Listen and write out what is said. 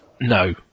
No